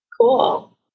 Cool